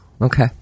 Okay